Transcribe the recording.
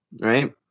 right